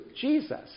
Jesus